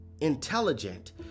intelligent